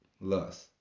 Lust